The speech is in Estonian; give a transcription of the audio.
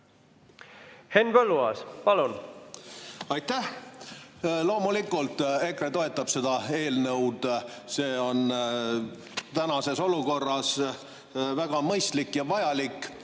peaks toimima? Aitäh! Loomulikult EKRE toetab seda eelnõu, see on tänases olukorras väga mõistlik ja vajalik.